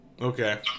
Okay